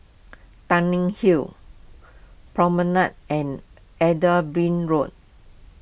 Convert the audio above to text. Tanglin Hill Promenade and Edinburgh Road